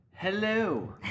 Hello